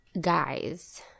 Guys